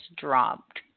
dropped